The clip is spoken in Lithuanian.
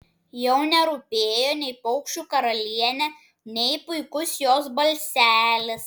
jau nerūpėjo nei paukščių karalienė nei puikus jos balselis